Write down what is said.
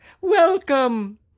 Welcome